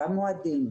במועדים,